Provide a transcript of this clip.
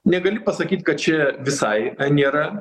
negali pasakyt kad čia visai nėra